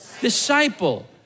Disciple